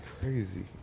Crazy